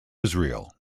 israel